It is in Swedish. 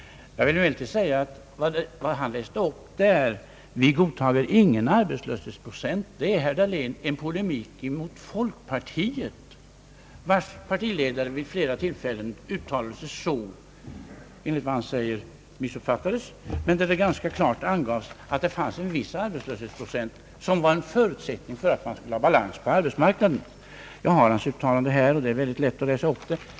Jag vill emellertid säga att vad herr Dahlén läste upp i det nämnda avsnittet om att vi socialdemokrater inte godtar någon arbetslöshetsprocent var en polemik mot folkpartiet, vars ledare vid flera tillfällen gjort uttalanden, som enligt vad han själv säger har missuppfattats men som ganska klart angav att en viss arbetslöshetsprocent var en förutsättning för att man skulle få balans på arbetsmarknaden. Jag har hans uttalande här och det är lält att läsa upp det.